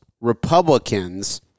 Republicans